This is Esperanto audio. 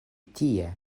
tie